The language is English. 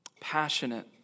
passionate